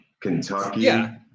Kentucky